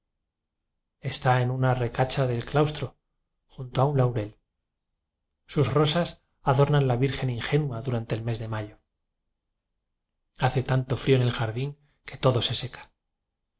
está en una reca cha del claustro junto a un laurel sus ro sas adornan la virgen ingenua durante el mes de mayo hace tanto frío en el jardín que todo se seca